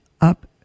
up